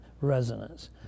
resonance